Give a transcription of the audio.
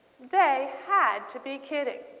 they had to be kidding.